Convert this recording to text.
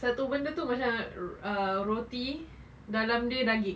satu benda tu macam ah roti dalam dia daging